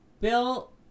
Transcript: Bill